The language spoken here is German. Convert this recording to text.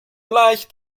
leicht